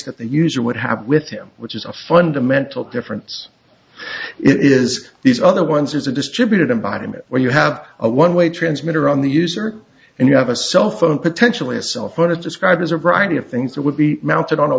that the user would have with him which is a fundamental difference it is these other ones it's a distributed environment where you have a one way transmitter on the user and you have a cell phone potentially a cell phone is described as a variety of things that would be mounted on a